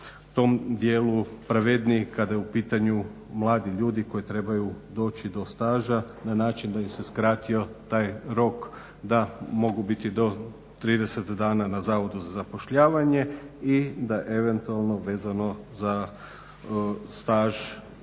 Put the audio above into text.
u tom dijelu pravedniji kada je u pitanju mladi ljudi koji trebaju doći do staža na način da im se skratio taj rok. Da mogu biti do 30 dana na zavodu za zapošljavanje i da eventualno vezano za staž,